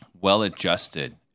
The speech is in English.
well-adjusted